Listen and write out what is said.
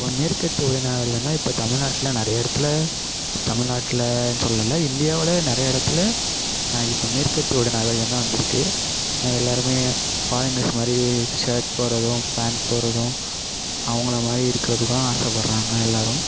இப்போ மேற்கத்தியுடைய நாகரிகம் தான் இப்போ தமிழ்நாட்டில் நிறைய இடத்துல இப்போ தமிழ்நாட்டிலனு சொல்லல இந்தியாவில் நிறைய இடத்துல இப்போ மேற்கத்தியோடய நாகரீகம் தான் வந்துருக்கு ஆனால் எல்லாரும் ஃபாரினர்ஸ் மாதிரி ஷேர்ட் போடுறதும் பேண்ட் போடுறதும் அவங்களை மாதிரி இருக்கிறதுக்கும் ஆசைப்பட்றாங்க எல்லோரும்